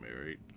married